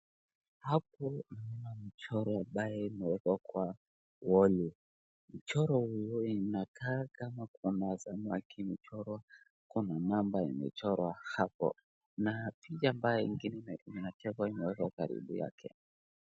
Hapo kuna mchoro ambayo imewekwa kwa woli. Mchoro huu unakaa kama samaki imechorwa ama mamba imechorwa hapo na picha ingine imechorwa imewekwa karibu yake.